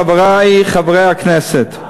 חברי חברי הכנסת,